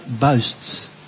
boasts